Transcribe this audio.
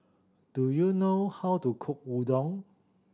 do you know how to cook Udon